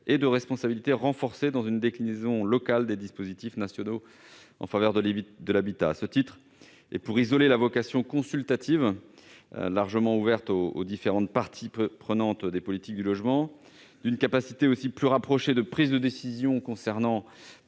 et de responsabilités renforcées dans une déclinaison locale des dispositifs nationaux en faveur de l'habitat. À ce titre, pour isoler la vocation consultative des CRHH, largement ouverte aux différentes parties prenantes des politiques du logement, et pour une capacité qui se rapprocherait davantage de prises de décision concernant